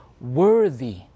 worthy